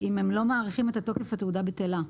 הם לא מאריכים את התוקף של התעודה, התעודה בטלה.